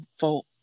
vote